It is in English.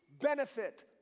benefit